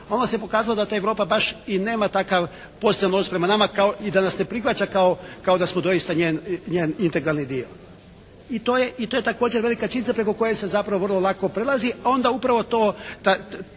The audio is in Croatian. a onda se pokazalo da ta Europa baš i nema takav pozitivan odnos prema nama kao i da nas ne prihvaća kao da smo doista njen integralni dio i to je također velika činjenica preko koje se zapravo vrlo lako prelazi, pa onda upravo to,